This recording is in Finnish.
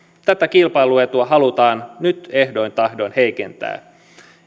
tätä kilpailu etua halutaan nyt ehdoin tahdoin heikentää